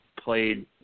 played